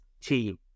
team